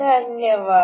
धन्यवाद